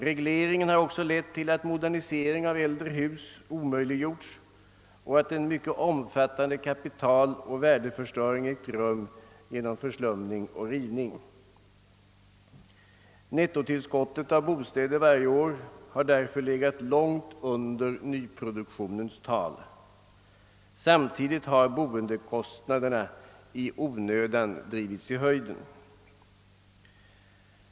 Regleringen har också lett till att modernisering av äldre hus omöjliggjorts och att en mycket omfattande kapitaloch värdeförstöring ägt rum genom förslumning och rivning. Nettotillskottet av bostäder varje år har därför legat långt under nyproduktionens tal. Samtidigt har boendekostnaderna i onödan drivits i höjden.